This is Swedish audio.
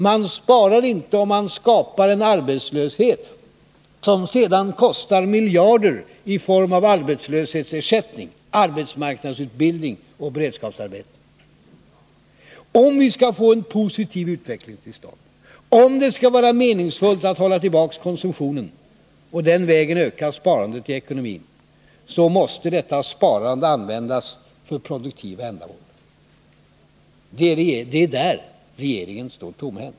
Man sparar inte om man skapar en arbetslöshet som sedan kostar miljarder i form av arbetslöshetsersättning, arbetsmarknadsutbildning och beredskapsarbeten. Om vi skall få en positiv utveckling till stånd, om det skall vara meningsfullt att hålla tillbaka konsumtionen och den vägen öka sparandet i ekonomin, så måste detta sparande användas för produktiva ändamål. Det är här regeringen står tomhänt.